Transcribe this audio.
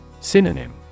Synonym